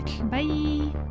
Bye